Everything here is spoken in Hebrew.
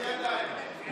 בלי ידיים,